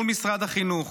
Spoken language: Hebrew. מול משרד החינוך,